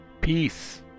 Peace